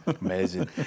Amazing